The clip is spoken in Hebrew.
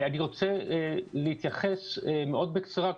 אני רוצה להתייחס מאוד בקצרה,